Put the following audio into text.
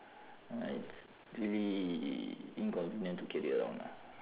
uh it's really inconvenient to carry around lah